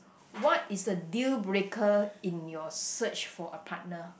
what is a deal breaker in your search for a partner